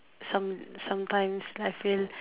some sometimes I feel